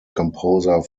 composer